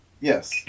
Yes